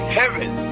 heaven